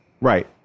Right